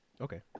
Okay